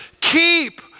Keep